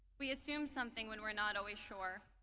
we assume something when we're not always sure.